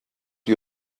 you